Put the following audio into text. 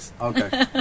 Okay